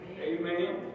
Amen